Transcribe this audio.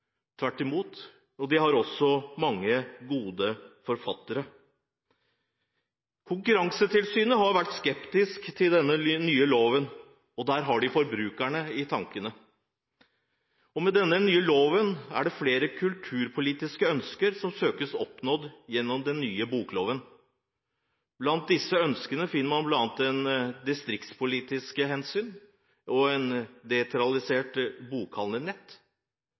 tvert imot. De har også mange gode forfattere. Konkurransetilsynet har vært skeptisk til den nye loven. De har forbrukerne i tankene. Det er flere kulturpolitiske ønsker som søkes oppnådd gjennom den nye bokloven. Blant disse ønskene finner man bl.a. et distriktspolitisk hensyn som dreier seg om et desentralisert bokhandlernett. Hvilke virkemidler har man for å få en